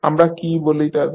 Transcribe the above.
আমরা কী বলি তাদের